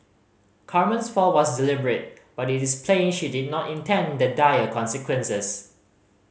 Carmen's fall was deliberate but it is plain she did not intend the dire consequences